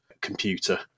computer